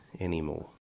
anymore